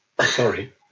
Sorry